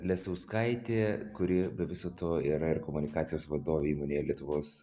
lesauskaitė kuri be viso to yra ir komunikacijos vadovė įmonėje lietuvos